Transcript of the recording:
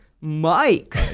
Mike